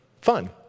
fun